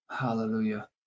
hallelujah